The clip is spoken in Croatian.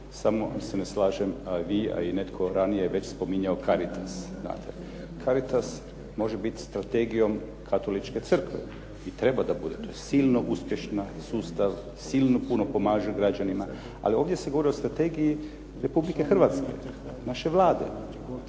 samo se ne slažem, vi, a i netko ranije je već spominjao Caritas. Znate, Caritas može biti strategijom katoličke crkve. I treba da bude, to je silno uspješni sustav, silno puno pomaže građanima, ali ovdje se govori o strategiji Republike Hrvatske, naše Vlade.